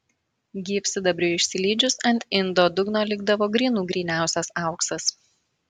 gyvsidabriui išsilydžius ant indo dugno likdavo grynų gryniausias auksas